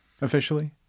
Officially